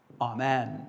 Amen